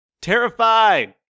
terrified